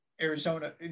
Arizona